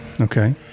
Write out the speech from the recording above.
Okay